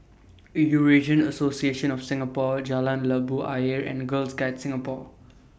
Eurasian Association of Singapore Jalan Labu Ayer and Girl Guides Singapore